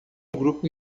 grupo